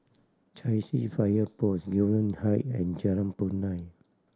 Chai Chee Fire Post Gillman Height and Jalan Punai